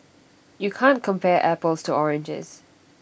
you can't compare apples to oranges